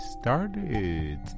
started